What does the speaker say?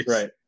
Right